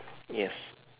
yes